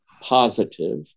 positive